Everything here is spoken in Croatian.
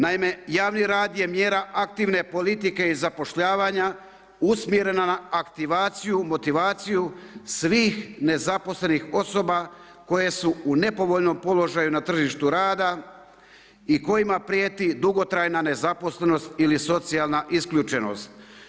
Naime, javni rad je mjera aktivne politike i zapošljavanja usmjerena na aktivaciju, motivaciju svih nezaposlenih osoba koje su u nepovoljnom položaju na tržištu rada i kojima prijeti dugotrajna nezaposlenost ili socijalna isključenost.